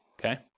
Okay